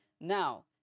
Now